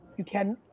you can,